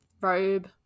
Robe